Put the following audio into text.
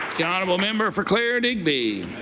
the honourable member for clare-digby.